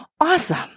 awesome